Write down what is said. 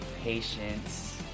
patience